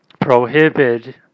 prohibited